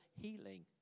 healing